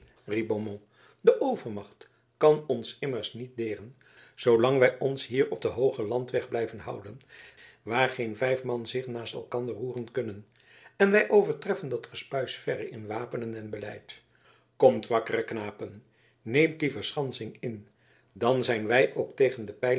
riep beaumont de overmacht kan ons immers niet deren zoolang wij ons hier op den hoogen landweg blijven houden waar geen vijf man zich naast elkander roeren kunnen en wij overtreffen dat gespuis verre in wapenen en beleid komt wakkere knapen neemt die verschansing in dan zijn wij ook tegen de